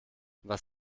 was